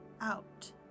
out